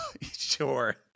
Sure